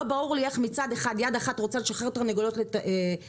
לא ברור לי איך יד אחד רוצה לשחרר תרנגולות ללולי